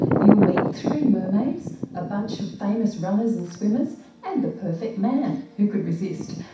you'll meet three mermaids, a bunch of famous runners and swimmers and the perfect man who could resist?